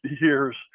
years